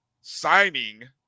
signing